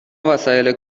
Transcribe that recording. وسایل